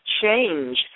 change